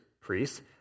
priests